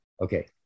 Okay